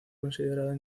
considerada